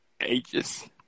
ages